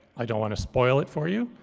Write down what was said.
i don't want to spoil it for you.